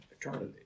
eternity